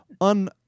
un